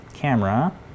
camera